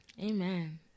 Amen